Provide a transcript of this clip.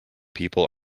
people